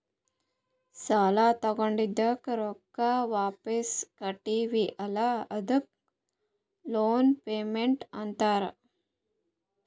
ಸಾಲಾ ತೊಂಡಿದ್ದುಕ್ ರೊಕ್ಕಾ ವಾಪಿಸ್ ಕಟ್ಟತಿವಿ ಅಲ್ಲಾ ಅದೂ ಲೋನ್ ಪೇಮೆಂಟ್ ಅಂತಾರ್